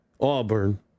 Auburn